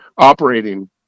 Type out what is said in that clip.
operating